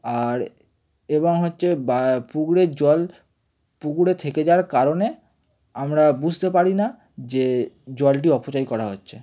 আর এবং হচ্ছে বা পুকুরের জল পুকুরে থেকে যাওয়ার কারণে আমরা বুঝতে পারি না যে জলটি অপচয় করা হচ্ছে